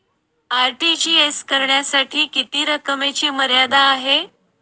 RTGS करण्यासाठी किती रकमेची मर्यादा आहे?